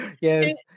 Yes